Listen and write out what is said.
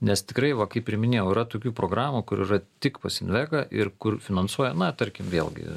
nes tikrai va kaip ir minėjau yra tokių programų kur yra tik pas invegą ir kur finansuoja na tarkim vėlgi